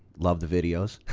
love the videos.